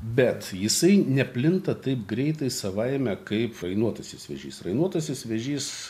bet jisai neplinta taip greitai savaime kaip rainuotasis vėžys rainuotasis vėžys